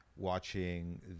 watching